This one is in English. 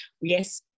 yes